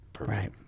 right